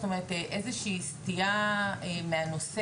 זאת אומרת איזו שהיא סטייה מהנושא.